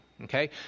Okay